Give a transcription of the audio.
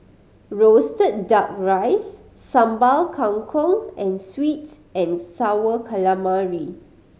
roasted Duck Rice Sambal Kangkong and sweet and Sour Calamari